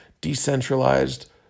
decentralized